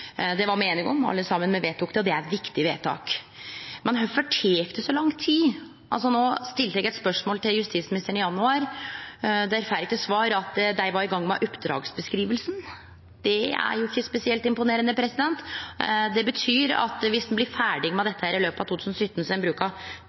Det var me einige om alle saman då vi vedtok det, og det er eit viktig vedtak. Men kvifor tek det så lang tid? Eg stilte spørsmål til justisministeren i januar og fekk til svar at dei var i gang med oppdragsbeskrivinga. Det er ikkje spesielt imponerande. Det betyr at viss ein blir ferdig med